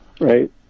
right